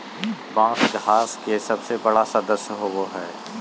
बाँस घास के सबसे बड़ा सदस्य होबो हइ